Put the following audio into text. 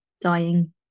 dying